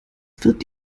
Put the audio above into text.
wird